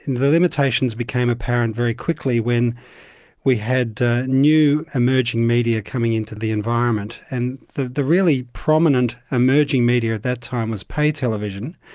the limitations became apparent very quickly when we had new emerging media coming into the environment, and the the really prominent emerging media at that time was pay television.